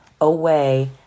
away